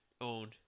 owned